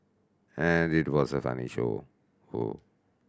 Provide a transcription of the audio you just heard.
and it was a funny show